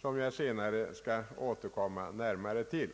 som jag senare närmare skall återkomma till.